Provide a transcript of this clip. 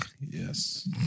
Yes